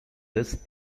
this